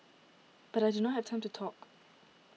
but I do not have time to talk